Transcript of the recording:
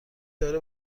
دارو